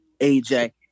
AJ